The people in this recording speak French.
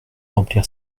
remplir